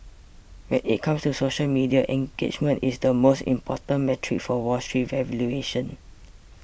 when it comes to social media engagement is the most important metric for Wall Street valuations